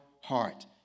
heart